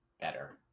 better